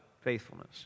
faithfulness